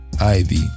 Ivy